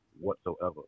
whatsoever